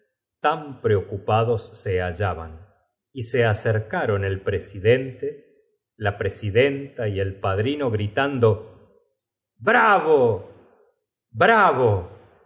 tan preocupados se hallaban y se acercaron el presidente la presidenta y el padrino gritando bravo